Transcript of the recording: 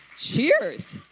Cheers